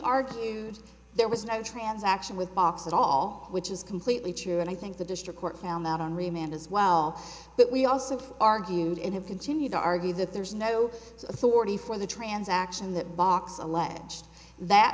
argued there was no transaction with box at all which is completely true and i think the district court found out on remand as well but we also argued and have continued to argue that there's no authority for the transaction that box alleged that